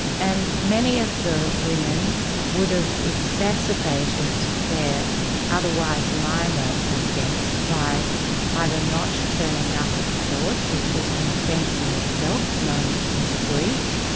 and many of the women would've exacerbated their otherwise minor offence by either not turning up at court, which is an offence in itself, known as a breach,